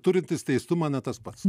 turintis teistumą ne tas pats